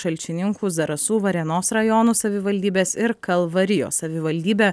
šalčininkų zarasų varėnos rajonų savivaldybės ir kalvarijos savivaldybė